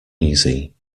easy